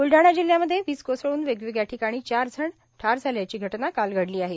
ब्लढाणा जिल्ह्यामध्ये वीज कोसळून वेगवेगळ्या ठिकाणी चार जण ठार झाल्याची घटना काल घडली आहे